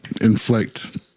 inflict